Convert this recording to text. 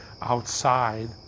Outside